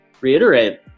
reiterate